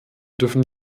dürfen